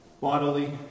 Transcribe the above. Bodily